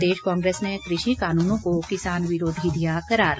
प्रदेश कांग्रेस ने कृषि कानूनों को किसान विरोधी दिया करार